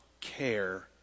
care